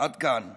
עד כאן הציטוט.